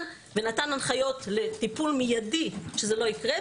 ונתן הנחיות לטיפול מיידי שזה לא יקרה,